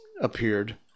appeared